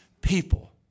people